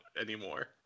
anymore